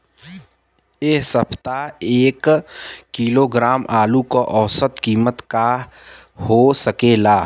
एह सप्ताह एक किलोग्राम आलू क औसत कीमत का हो सकेला?